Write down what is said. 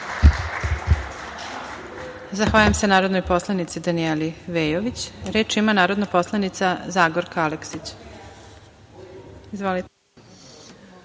Zahvaljujem se narodnoj poslanici Danijeli Veljović. Reč ima narodna poslanica Zagorka Aleksić.